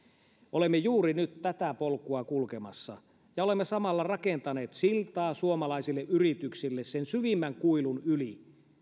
olemme juuri nyt tätä polkua kulkemassa ja olemme samalla rakentaneet siltaa suomalaisille yrityksille sen syvimmän kuilun yli